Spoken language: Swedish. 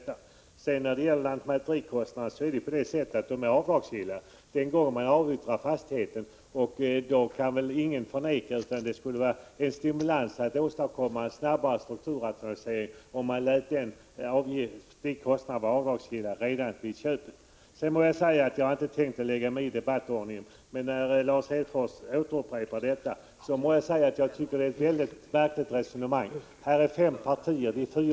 Vad sedan beträffar lantmäterikostnaderna är ju dessa avdragsgilla när man avyttrar fastigheten. Därför kan väl ingen förneka att det skulle stimulera till en snabbare strukturrationalisering om man lät kostnaderna vara avdragsgilla redan vid köpet. Jag hade inte tänkt lägga mig i diskussionen om debattordningen, men när Lars Hedfors upprepar sin förklaring må jag säga att jag tycker det är ett mycket märkligt resonemang. Här skall fem partier delta i debatten.